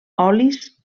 olis